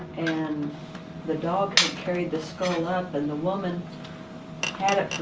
and the dog carried the skull up and the woman had it for